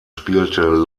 spielte